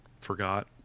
forgot